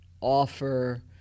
offer